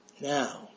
Now